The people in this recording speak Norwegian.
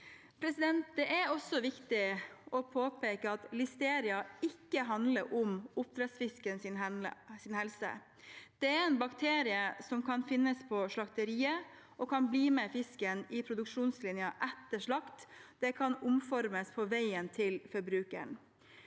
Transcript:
grad. Det er også viktig å påpeke at listeria ikke handler om oppdrettsfiskens helse. Dette er en bakterie som kan finnes på slakteriet, og som kan bli med fisken i produksjonslinjen etter slakt og oppformeres på veien til forbrukeren.